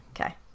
Okay